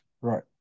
right